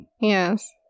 Yes